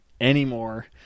anymore